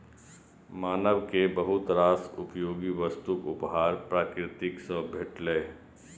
मानव कें बहुत रास उपयोगी वस्तुक उपहार प्रकृति सं भेटलैए